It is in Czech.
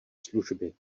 služby